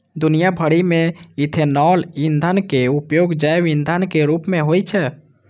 दुनिया भरि मे इथेनॉल ईंधनक उपयोग जैव ईंधनक रूप मे होइ छै